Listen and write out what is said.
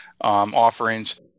offerings